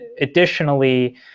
additionally